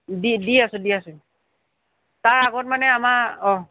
দি দি আছোঁ দি আছোঁ তাৰ আগত মানে আমাৰ অঁ